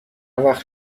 وقت